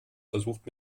versucht